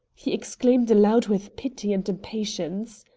he exclaimed aloud with pity and impatience.